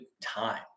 time